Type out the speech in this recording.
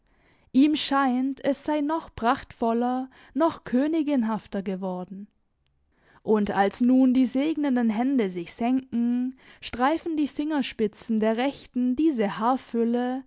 ihm scheint es sei noch prachtvoller noch königinhafter geworden und als nun die segnenden hände sich senken streifen die fingerspitzen der rechten diese haarfülle